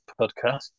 podcast